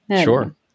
sure